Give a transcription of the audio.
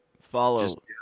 Follow